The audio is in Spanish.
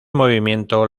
movimiento